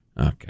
Okay